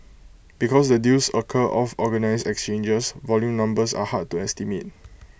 because the deals occur off organised exchanges volume numbers are hard to estimate